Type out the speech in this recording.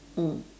mm